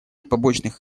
побочных